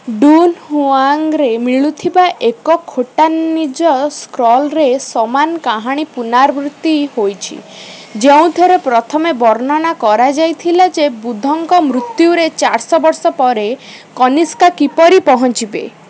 ଡ଼ୁନହୁଆଙ୍ଗରେ ମିଳୁଥିବା ଏକ ଖୋଟାନିଜ ସ୍କ୍ରଲ୍ରେ ସମାନ କାହାଣୀ ପୁନରାବୃତ୍ତି ହୋଇଛି ଯେଉଁଥିରେ ପ୍ରଥମେ ବର୍ଣ୍ଣନା କରାଯାଇଥିଲା ଯେ ବୁଦ୍ଧଙ୍କ ମୃତ୍ୟୁର ଚାରିଶହ ବର୍ଷ ପରେ କନିସ୍କା କିପରି ପହଞ୍ଚିବେ